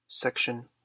SECTION